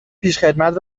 پیشخدمت